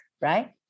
right